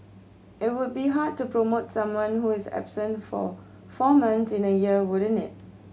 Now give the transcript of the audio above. it would be hard to promote someone who is absent for four months in a year wouldn't it